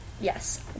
yes